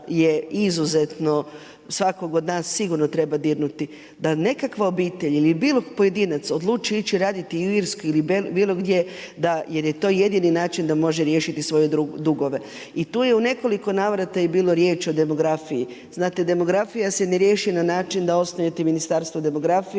je izuzetno svakog od nas sigurno treba dirnuti da nekakva obitelj, ili bilo koji pojedinac odluči raditi u Irsku ili bilo gdje da jer je to jedini način da može riješiti svoje dugove. I tu je u nekoliko navrata je bilo riječ o demografiji. Znate, demografija se ne riješi na način da osnujete Ministarstvo demografije